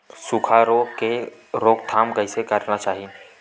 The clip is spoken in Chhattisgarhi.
सुखा रोग के रोकथाम कइसे करना चाही?